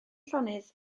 llonydd